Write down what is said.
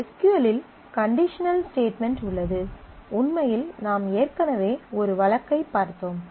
S Q L இல் conditional statement உள்ளது உண்மையில் நாம் ஏற்கனவே ஒரு வழக்கைப் பார்த்தோம்